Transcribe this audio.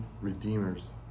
redeemers